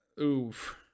Oof